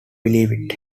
believe